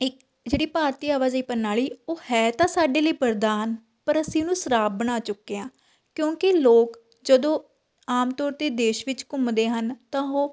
ਇੱਕ ਜਿਹੜੀ ਭਾਰਤੀ ਆਵਾਜਾਈ ਪ੍ਰਣਾਲੀ ਉਹ ਹੈ ਤਾਂ ਸਾਡੇ ਲਈ ਵਰਦਾਨ ਪਰ ਅਸੀਂ ਉਹਨੂੰ ਸਰਾਪ ਬਣਾ ਚੁੱਕੇ ਹਾਂ ਕਿਉਂਕਿ ਲੋਕ ਜਦੋਂ ਆਮ ਤੌਰ 'ਤੇ ਦੇਸ਼ ਵਿੱਚ ਘੁੰਮਦੇ ਹਨ ਤਾਂ ਉਹ